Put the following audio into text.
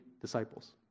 disciples